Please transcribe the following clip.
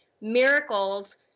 miracles